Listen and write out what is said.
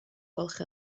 gwelwch